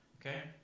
Okay